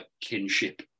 kinship